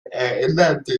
erinnerte